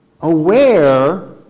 Aware